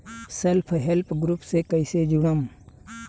Self help group से कइसे जुड़म?